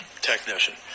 technician